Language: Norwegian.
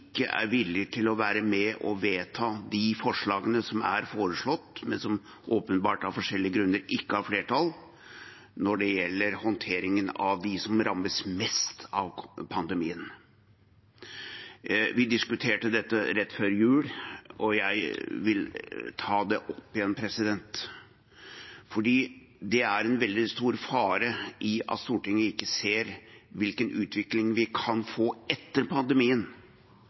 er villig til å være med på å vedta de forslagene som er foreslått, men som åpenbart, av forskjellige grunner, ikke har flertall når det gjelder håndteringen av dem som rammes mest av pandemien. Vi diskuterte dette rett før jul, og jeg vil ta det opp igjen. Det er en veldig stor fare i at Stortinget ikke ser hvilken utvikling vi kan få etter pandemien